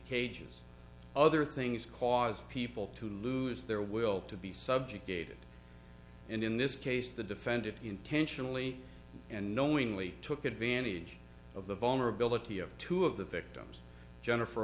cages other things cause people to lose their will to be subjugated and in this case the defendant intentionally and knowingly took advantage of the vulnerability of two of the victims jennifer